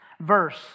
verse